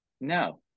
No